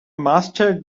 master